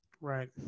Right